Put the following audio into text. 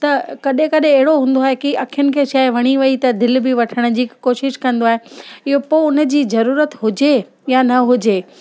त कॾहिं कॾहिं अहिड़ो हूंदो आहे की अखियुनि खे शइ वणी वई त दिलि बि वठण जी कोशिशि कंदो आहे इहो पोइ उन जी ज़रूरत हुजे या न हुजे